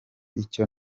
icyo